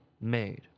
made